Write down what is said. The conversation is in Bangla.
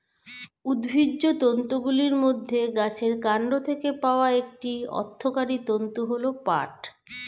উদ্ভিজ্জ তন্তুগুলির মধ্যে গাছের কান্ড থেকে পাওয়া একটি অর্থকরী তন্তু হল পাট